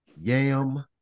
yam